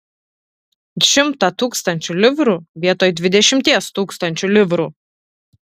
šimtą tūkstančių livrų vietoj dvidešimties tūkstančių livrų